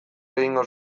egingo